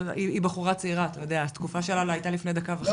היא בחורה צעירה, התקופה שלה הייתה לפני דקה וחצי.